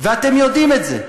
ואתם יודעים את זה.